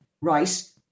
right